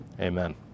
amen